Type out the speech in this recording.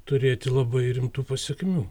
turėti labai rimtų pasekmių